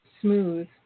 Smooth